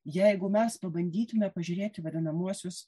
jeigu mes pabandytume pažiūrėti vadinamuosius